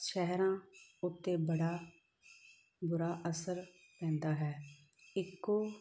ਸ਼ਹਿਰਾਂ ਉੱਤੇ ਬੜਾ ਬੁਰਾ ਅਸਰ ਪੈਂਦਾ ਹੈ ਇੱਕੋ